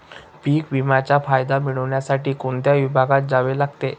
पीक विम्याचा फायदा मिळविण्यासाठी कोणत्या विभागात जावे लागते?